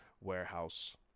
warehouse